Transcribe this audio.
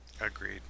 Agreed